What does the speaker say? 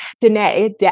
Danae